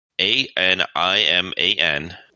A-N-I-M-A-N